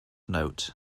note